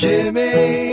Jimmy